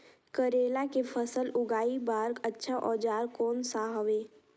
करेला के फसल उगाई बार अच्छा औजार कोन सा हवे?